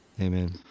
amen